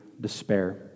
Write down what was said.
despair